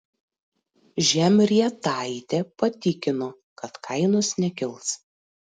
žemrietaitė patikino kad kainos nekils